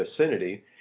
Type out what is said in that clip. vicinity